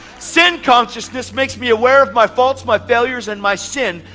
sin consciousness makes me aware of my faults, my failures, and my sin.